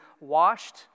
washed